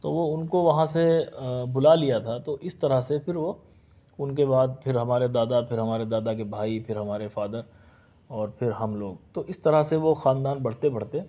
تو وہ ان کو وہاں سے بلا لیا تھا تو اس طرح سے پھر وہ ان کے بعد پھر ہمارے دادا پھر ہمارے دادا کے بھائی پھر ہمارے فادر اور پھر ہم لوگ تو اس طرح سے وہ خاندان بڑھتے بڑھتے